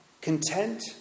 content